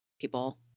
people